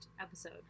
episode